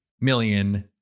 million